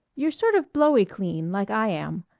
you're sort of blowy clean, like i am.